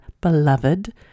beloved